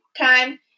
time